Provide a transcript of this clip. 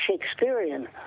Shakespearean